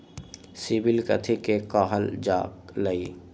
CIBIL कथि के काहल जा लई?